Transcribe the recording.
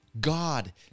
God